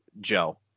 Joe